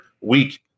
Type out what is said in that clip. week